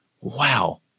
wow